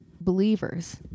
believers